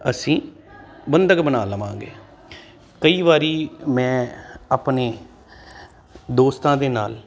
ਅਸੀਂ ਬੰਧਕ ਬਣਾ ਲਵਾਂਗੇ ਕਈ ਵਾਰੀ ਮੈਂ ਆਪਣੇ ਦੋਸਤਾਂ ਦੇ ਨਾਲ